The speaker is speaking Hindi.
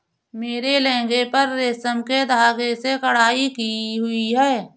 मेरे लहंगे पर रेशम के धागे से कढ़ाई की हुई है